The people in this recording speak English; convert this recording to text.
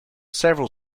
several